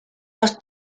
los